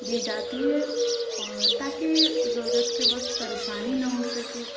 دی جاتی ہے اور تاکہ ضرورت کے وقت پریشانی نہ ہو سکے